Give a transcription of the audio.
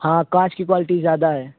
ہاں کانچ کی کوالٹی زیادہ ہے